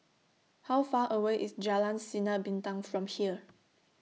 How Far away IS Jalan Sinar Bintang from here